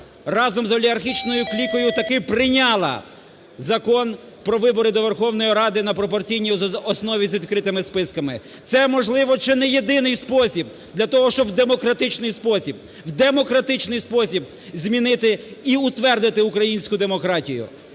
разом з олігархічною клікою таки прийняла Закон про вибори до Верховної Ради на пропорційній основі з відкритими списками. Це, можливо, чи не єдиний спосіб для того, щоб в демократичний спосіб, в демократичний спосіб змінити і утвердити українську демократію